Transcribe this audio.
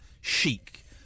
chic